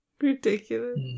Ridiculous